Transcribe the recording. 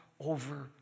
over